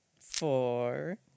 four